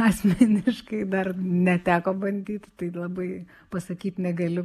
asmeniškai dar neteko bandyt tai labai pasakyt negaliu